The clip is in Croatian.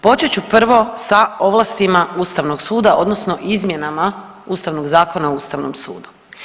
Počet ću prvo sa ovlastima ustavnog suda odnosno izmjenama Ustavnog zakona o ustavnom sudu.